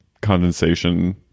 condensation